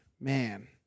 man